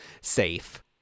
safe